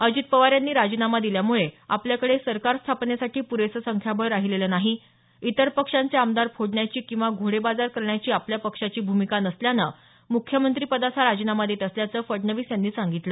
अजित पवार यांनी राजीनामा दिल्यामुळे आपल्याकडे सरकार स्थापनेसाठी पुरेसं संख्याबळ राहिलेलं नाही इतर पक्षांचे आमदार फोडण्याची किंवा घोडेबाजार करण्याची आपल्या पक्षाची भूमिका नसल्यानं मुख्यमंत्रिपदाचा राजीनामा देत असल्याचं फडणवीस यांनी सांगितलं